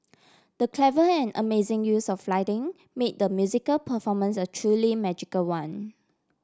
the clever and amazing use of lighting made the musical performance a truly magical one